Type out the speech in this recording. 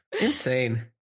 Insane